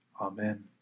Amen